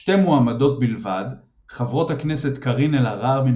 שתי מועמדות בלבד – חברות הכנסת קארין אלהרר מן